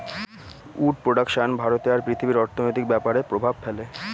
would production ভারতে আর পৃথিবীর অর্থনৈতিক ব্যাপরে প্রভাব ফেলে